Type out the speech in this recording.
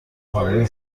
هوای